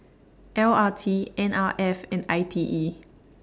L R T N R F and I T E